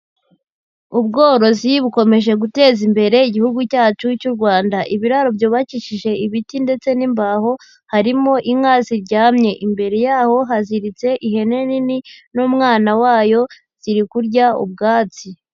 Ubworozi bukomeje guteza imbere igihugu cyacu cy'u Rwanda. Ibiraro byubakishije ibiti ndetse n'imbaho harimo inka ziryamye. Imbere yaho haziritse ihene nini n'umwana wayo ziri kurya ubwatsi.